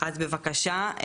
אז בבקשה,